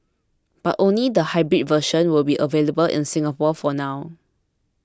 but only the hybrid version will be available in Singapore for now